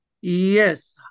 Yes